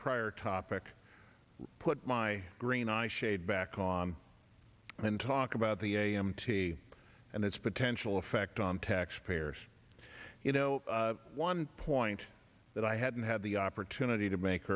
prior topic put my green eyeshade back on and talk about the a m t and its potential effect on tax payers you know one point that i hadn't had the opportunity to make